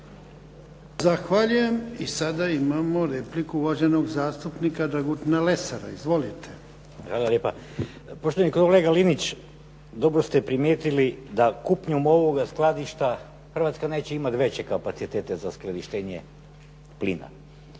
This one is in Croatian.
Zahvaljujem. I sada imamo repliku uvaženog zastupnika Dragutina Lesara. Izvolite. **Lesar, Dragutin (Nezavisni)** Hvala lijepa. Poštovani kolega Linić, dobro ste primijetili da kupnjom ovog skladišta Hrvatska neće imati veće kapacitete za skladištenje plina,